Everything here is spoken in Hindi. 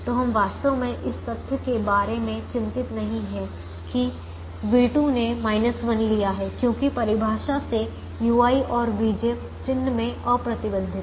तो हम वास्तव में इस तथ्य के बारे में चिंतित नहीं हैं कि v2 ने 1 लिया है क्योंकि परिभाषा से ui और vj चिन्ह में अप्रतिबंधित हैं